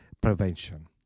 prevention